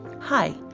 Hi